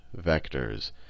vectors